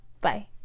bye